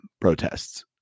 protests